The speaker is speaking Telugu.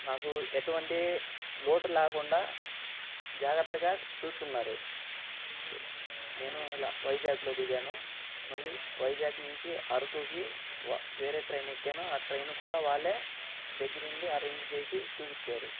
నాకు ఎటువంటి లోటు లేకుండా జాగ్రత్తగా చూసుకున్నారు నేను ఇలా వైజాగ్లో దిగాను మళ్ళీ వైజాగ్ నుంచి అరకుకి వ వేరే ట్రైన్ ఎక్కాను ఆ ట్రైన్ కూడా వాళ్ళే దగ్గర ఉండి అరెంజ్ చేసి చూపిచ్చారు